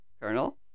colonel